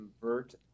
convert